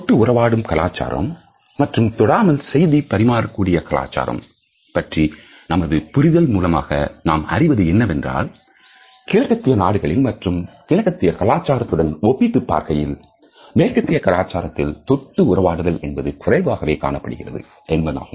தொட்டு உறவாடும் கலாச்சாரம் மற்றும் தொடாமல் செய்தி பரிமாற கூடிய கலாச்சாரம் பற்றிய நமது புரிதல்கள் மூலமாக நாம் அறிவது என்னவென்றால் கிழக்கத்திய நாடுகளில் மற்றும் கிழக்கத்திய கலாச்சாரத்துடன் ஒப்பிட்டுப் பார்க்கையில் மேற்கத்திய கலாச்சாரத்தில் தொட்டி உறவாடுதல் என்பது குறைவாகவே காணப்படுகிறது என்பதாகும்